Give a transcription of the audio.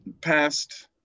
past